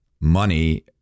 money